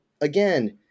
again